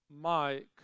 Mike